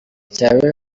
cyawe